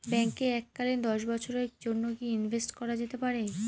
ব্যাঙ্কে এককালীন দশ বছরের জন্য কি ইনভেস্ট করা যেতে পারে?